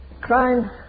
crime